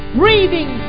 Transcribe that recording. breathing